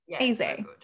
easy